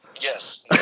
Yes